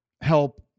help